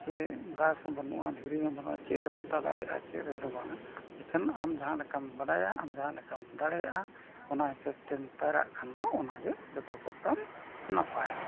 ᱥᱮ ᱜᱷᱟᱥ ᱦᱚᱸ ᱵᱟᱹᱱᱩᱜᱼᱟ ᱫᱷᱤᱨᱤ ᱦᱚᱸ ᱵᱟᱹᱱᱩᱜᱼᱟ ᱪᱮᱫ ᱨᱮᱢ ᱚᱛᱟ ᱫᱟᱲᱮᱭᱟᱜᱼᱟ ᱪᱮᱫ ᱨᱮᱫᱚ ᱵᱟᱝᱟ ᱮᱠᱷᱟᱱ ᱟᱢ ᱡᱟᱦᱟᱸ ᱞᱮᱠᱟᱢ ᱵᱟᱰᱟᱭᱟ ᱟᱢ ᱡᱟᱦᱟᱸᱞᱮᱠᱟᱢ ᱫᱟᱲᱮᱭᱟᱜᱼᱟ ᱚᱱᱟ ᱦᱤᱥᱟᱹᱵ ᱛᱮᱢ ᱯᱟᱭᱨᱟᱜ ᱠᱷᱟᱱ ᱫᱚ ᱚᱱᱟ ᱜᱮ ᱡᱚᱛᱚ ᱠᱷᱚᱱ ᱫᱚ ᱱᱟᱯᱟᱭᱼᱟ